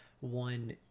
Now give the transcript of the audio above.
one